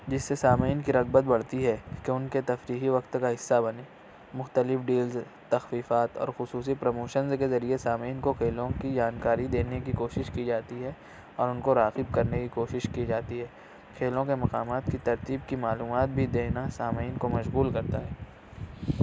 جس سے سامعین کی رغبت بڑھتی ہے کہ ان کے تفریحی وقت کا حصہ بنے مختلف ڈیلز تخفیفات اور خصوصی پرموشنز کے ذریعے سامعین کو کھیلوں کی جانکاری دینے کی کوشش کی جاتی ہے اور ان کو راغب کرنے کی کوشش کی جاتی ہے کھیلوں کے مقامات کی ترتیب کی معلومات بھی دینا سامعین کو مشغول کرتا ہے